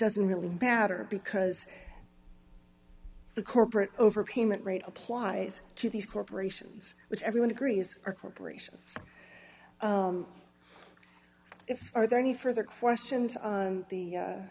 doesn't really matter because the corporate overpayment rate applies to these corporations which everyone agrees are corporations if are there any further questions on the